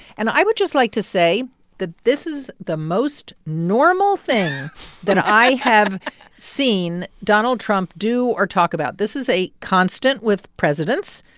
and i would just like to say that this is the most normal thing that i have seen donald trump do or talk about this is a constant with presidents.